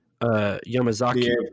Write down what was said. Yamazaki